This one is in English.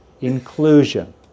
inclusion